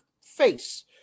face